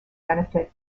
benefit